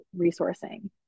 resourcing